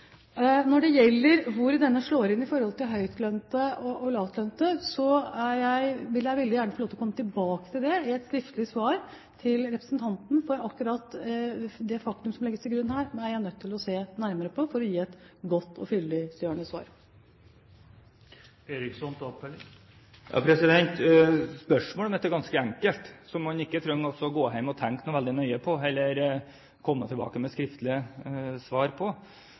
Når det gjelder hvor denne slår inn i forhold til høytlønte og lavtlønte, vil jeg veldig gjerne få lov til å komme tilbake til det i et skriftlig svar til representanten. For akkurat det faktum som legges til grunn her, er jeg nødt til å se nærmere på for å gi et godt og fyllestgjørende svar. Spørsmålet mitt er ganske enkelt, noe man ikke trenger å gå hjem og tenke veldig nøye på, eller komme tilbake med et skriftlig svar på: